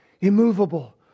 immovable